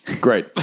Great